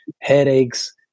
headaches